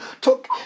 talk